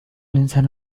الإنسان